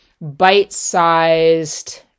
bite-sized